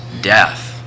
death